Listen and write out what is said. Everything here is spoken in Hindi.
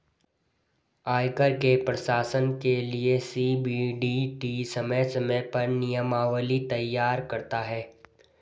आयकर के प्रशासन के लिये सी.बी.डी.टी समय समय पर नियमावली तैयार करता है